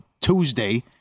Tuesday